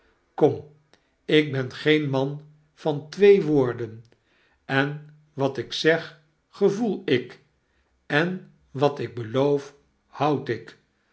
kom ik ben geen man van twee woorden en wat ik zeg gevoel ik en wat ik beloofhoudik kom zeg